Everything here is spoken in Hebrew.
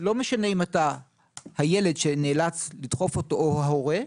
לא משנה אם אתה הילד שנאלץ לדחות אותו או ההורה,